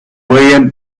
william